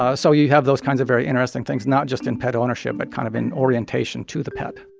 ah so you have those kinds of very interesting things, not just in pet ownership, but kind of in orientation to the pet